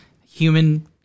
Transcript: human